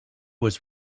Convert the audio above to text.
was